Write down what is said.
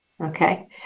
okay